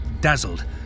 dazzled